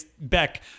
Beck